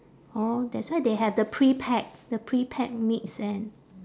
orh that's why they have the pre-packed the pre-packed meats and